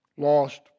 lost